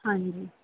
ਹਾਂਜੀ